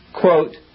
quote